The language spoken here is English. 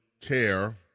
care